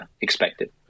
expected